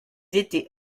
étaient